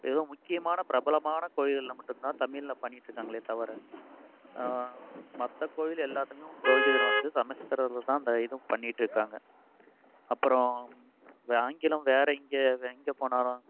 எதோ முக்கியமான பிரபலமான கோயில்கள் மட்டும்தான் தமிழில் பண்ணிக்கிட்டுருக்காங்களே தவிர மற்ற கோவில் எல்லாத்திலேயும் ப்ரோகிதர் வந்து சமஸ்கிருதத்தில் தான் அந்த இதுவும் பண்ணிகிட்டு இருக்காங்க அப்புறோம் இந்த ஆங்கிலம் வேற இங்கே எங்கே போனாலும்